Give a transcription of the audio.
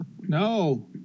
No